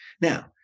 Now